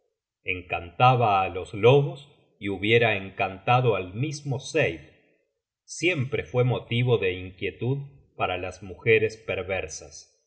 encantaba á los lobos y hubiera encantado al mismo seid siempre fue motivo de inquietud para as mujeres perversas